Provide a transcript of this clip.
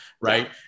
right